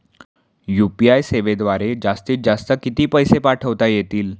UPI सेवेद्वारे जास्तीत जास्त किती पैसे पाठवता येतील?